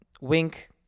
wink